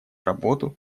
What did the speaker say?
работу